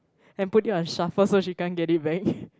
and put it on shuffle so she can't get it back